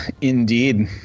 Indeed